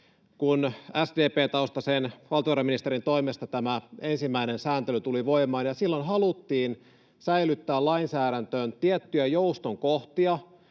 kun SDP-taustaisen valtiovarainministerin toimesta tämä ensimmäinen sääntely tuli voimaan, ja silloin haluttiin säilyttää lainsäädäntöön tiettyjä jouston kohtia,